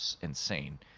insane